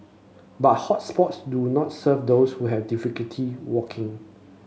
but hot spots do not serve those who have difficulty walking